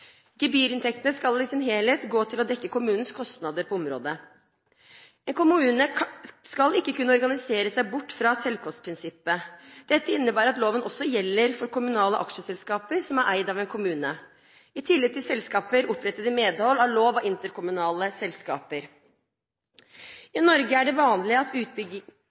Gebyrinntektene skal i sin helhet gå til å dekke kommunenes kostnader på området. En kommune skal ikke kunne organisere seg bort fra selvkostprinsippet. Dette innebærer at loven også gjelder for kommunale aksjeselskaper, som er eid av en kommune, i tillegg til selskaper opprettet i medhold av lov om interkommunale selskaper. I Norge er det vanlig at